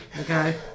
Okay